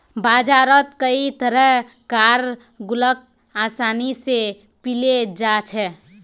बजारत कई तरह कार गुल्लक आसानी से मिले जा छे